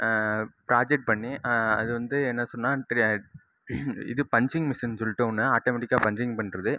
project பண்ணி அது வந்து என்ன சொன்னாங் தெரியாது இது பஞ்சிங் மிஷின் சொல்லிட்டு ஒன்று ஆட்டோமெட்டிக்காக பஞ்சிங் பண்ணுறது